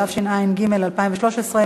התשע"ג 2013,